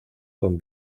con